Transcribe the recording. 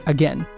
Again